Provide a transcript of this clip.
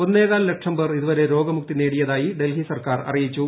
ഒന്നേകാൽ ലക്ഷം പേർ ഇതുവരെ രോഗമുക്തി നേടിയതായി ഡൽഹി സർക്കാർ അറിയിച്ചു